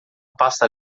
pasta